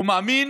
הוא מאמין